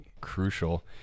crucial